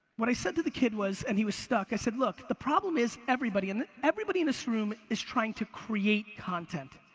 what i said to the kid was, and he was stuck, i said, look. the problem is everybody, and everybody in this room, is trying to create content.